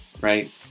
right